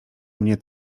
mnie